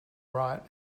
right